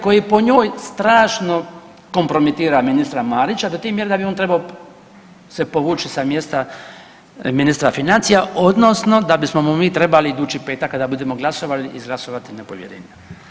Koji po njoj strašno kompromitira ministra Marića do te mjere da bi on trebao se povući sa mjesta ministra financija odnosno da bismo mu mi trebali idući petak kada budemo glasovali izglasovati nepovjerenje.